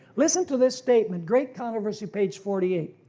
listen to this statement great controversy page forty eight.